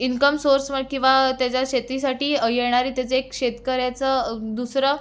income source व किंवा त्याच्या शेतीसाठी येणारी त्याचं एक शेतकऱ्याचं दुसरं